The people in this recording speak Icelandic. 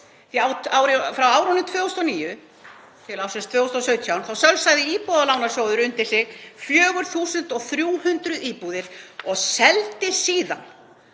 Frá árinu 2009 til ársins 2017 sölsaði Íbúðalánasjóður undir sig 4.300 íbúðir og seldi síðan